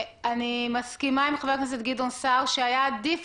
אני מסכימה עם חבר הכנסת גדעון סער שהיה עדיף